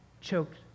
choked